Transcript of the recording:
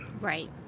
Right